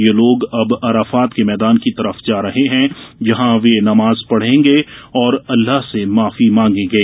ये लोग अब अराफात के मैदान की तरफ जा रहे हैं जहां र्वे नमाज पढ़ेंगे और अल्लाह से माफी मांगेंगे